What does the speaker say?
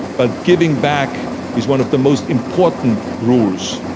but giving back is one of the most important rules.